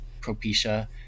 Propecia